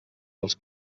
dels